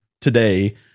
today